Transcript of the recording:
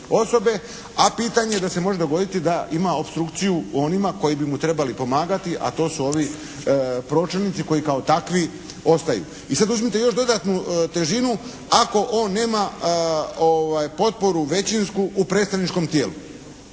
a pitanje da se može dogoditi da ima opstrukciju onima koji bi mu trebali pomagati, a to su ovi pročelnici koji kao takvi ostaju. I sad uzmite još dodatnu težinu, ako on nema potporu većinsku u predstavničkom tijelu.